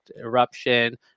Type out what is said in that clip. eruption